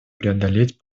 преодолеть